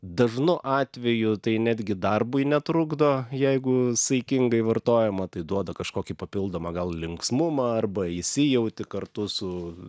dažnu atveju tai netgi darbui netrukdo jeigu saikingai vartojama tai duoda kažkokį papildomą gal linksmumą arba įsijauti kartu su